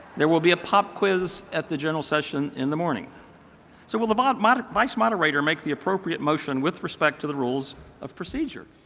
there will be a pop quiz at the general session in the morning. so will the vice moderator vice moderator make the appropriate motion with respect to the rules of procedure.